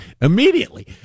immediately